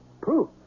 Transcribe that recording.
Proof